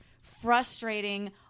frustrating